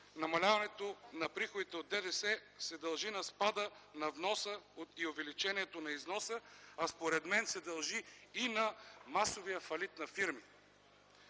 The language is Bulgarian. намаляването на приходите от ДДС се дължи на спада на вноса и увеличението на износа, а според мен се дължи и на масовия фалит на фирми.